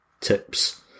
tips